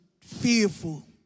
fearful